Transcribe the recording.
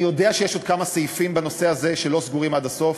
אני יודע שיש עוד כמה סעיפים בנושא הזה שלא סגורים עד הסוף,